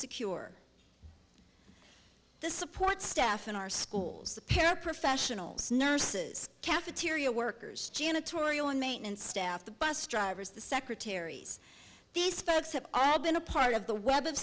secure the support staff in our schools the paraprofessionals nurses cafeteria workers janitorial maintenance staff the bus drivers the secretaries these folks have all been a part of the we